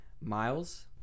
Miles